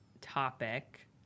topic